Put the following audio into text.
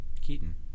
Keaton